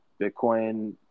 bitcoin